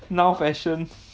now fashion